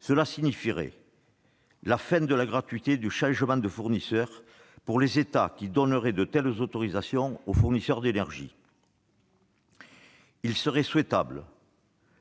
Cela signifierait la fin de la gratuité du changement de fournisseur pour les États qui donneraient de telles autorisations aux fournisseurs d'énergie. Il serait souhaitable